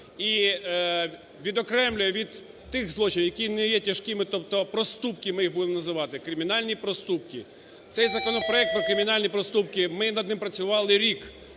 і відокремлює від тих злочинів, які не є тяжкими, тобто проступки, ми їх будемо називати кримінальні проступки. Цей законопроект про кримінальні проступки, ми над ним працювали рік.